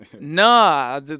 Nah